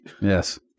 Yes